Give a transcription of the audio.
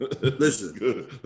Listen